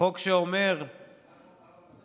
חוק שאומר שמחבל